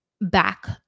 back